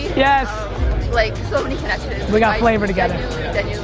yes like so many connections we got flavor together